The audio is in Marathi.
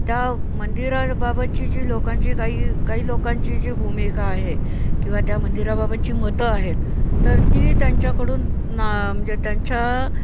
त्या मंदिराबाबतची जी लोकांची काही काही लोकांची जी भूमिका आहे किंवा त्या मंदिराबाबतची मतं आहेत तर ती त्यांच्याकडून ना म्हणजे त्यांच्या